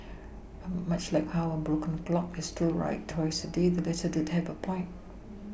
but much like how a broken clock is still right twice a day the letter did have a point